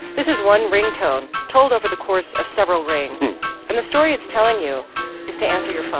this is one ringtone told over the course of several rings and the story it's telling you is to answer your phone.